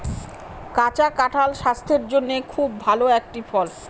কাঁচা কাঁঠাল স্বাস্থের জন্যে খুব ভালো একটি ফল